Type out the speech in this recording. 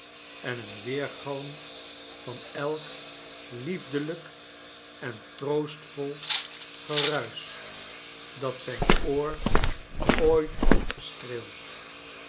en een weergalm van elk liefelrjk en troostvol geruisch dat zijn oor ooit had gestreeld